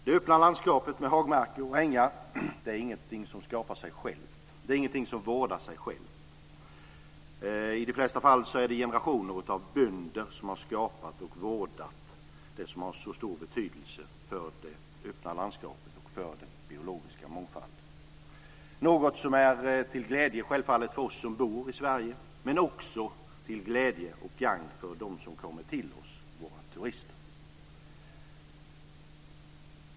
Det öppna landskapet med hagmarker och ängar är inte något som skapar sig självt, inte något som vårdar sig självt, utan i de flesta fallen är det generationer av bönder som har skapat och vårdat det som har så stor betydelse för det öppna landskapet och för den biologiska mångfalden - något som självfallet är till glädje för oss som bor i Sverige men också till glädje och gagn för dem som kommer hit till oss, dvs. våra turister.